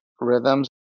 rhythms